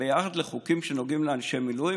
ביחד לחוקים שנוגעים לאנשי מילואים,